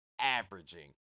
averaging